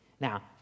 Now